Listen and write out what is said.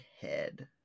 head